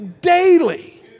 daily